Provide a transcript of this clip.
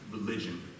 religion